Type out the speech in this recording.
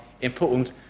important